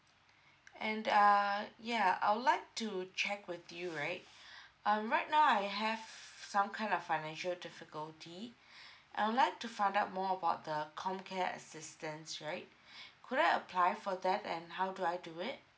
and uh ya I would like to check with you right um right now I have some kind of financial difficulty I would like to find out more about the comcare assistance right could I apply for that and how do I do it